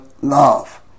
love